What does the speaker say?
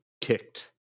kicked